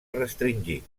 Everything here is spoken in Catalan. restringit